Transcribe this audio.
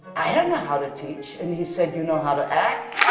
i don't know how to teach. and he said you know how to act.